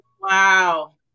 Wow